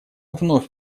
вновь